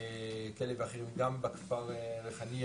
גם בכפר ריחאניה